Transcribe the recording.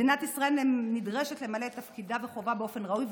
מדינת ישראל נדרשת למלא את תפקידה וחובה באופן ראוי,